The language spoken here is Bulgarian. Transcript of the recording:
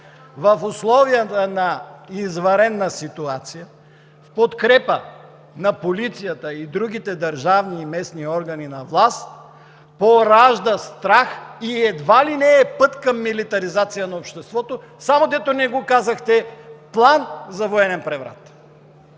в условията на извънредна ситуация в подкрепа на полицията и на другите държавни и местни органи на власт поражда страх и едва ли не е път към милитаризация на обществото, само дето не го казахте – план за военен преврат!